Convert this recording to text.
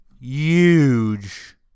huge